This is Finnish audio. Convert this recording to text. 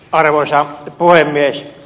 arvoisa puhemies